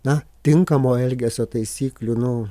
na tinkamo elgesio taisyklių nu